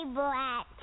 black